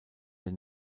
der